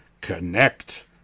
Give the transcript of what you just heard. Connect